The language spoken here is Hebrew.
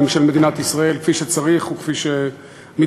של מדינת ישראל כפי שצריך וכפי שמתבקש,